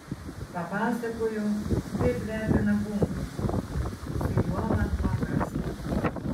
papasakojo kaip lepina bunkų su juo man paprasta